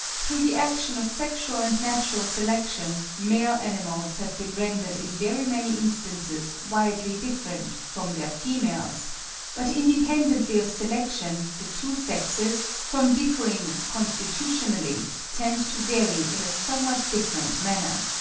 through the action of sexual and natural selection male animals have been rendered in very many instances widely different from their females but independently of selection the two sexes, from differing constitutionally, tend to vary in a somewhat different manner.